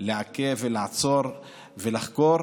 לעכב ולעצור ולחקור.